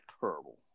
terrible